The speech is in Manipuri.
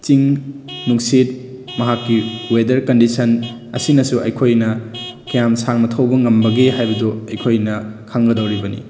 ꯆꯤꯡ ꯅꯨꯡꯁꯤꯠ ꯃꯍꯥꯛꯀꯤ ꯋꯦꯗꯔ ꯀꯟꯗꯤꯁꯟ ꯑꯁꯤꯅꯁꯨ ꯑꯩꯈꯣꯏꯅ ꯀꯌꯥꯝ ꯁꯥꯡꯅ ꯊꯧꯕ ꯉꯝꯕꯒꯦ ꯍꯥꯏꯕꯗꯨ ꯑꯩꯈꯣꯏꯅ ꯈꯪꯒꯗꯧꯔꯤꯕꯅꯤ